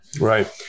Right